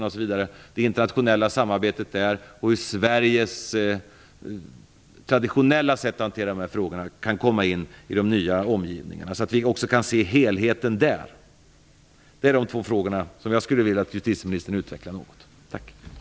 Jag undrar hur det internationella samarbetet ser ut på det området och hur Sveriges traditionella sätt att hantera dessa frågor kan komma in, så att vi också där kan se helheten. Dessa två frågor skulle jag vilja att justitieministern utvecklar något.